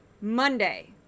Monday